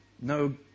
No